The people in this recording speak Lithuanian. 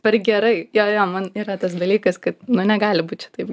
per gerai jo jo man yra tas dalykas kad nu negali būt čia taip